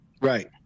Right